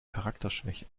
charakterschwäche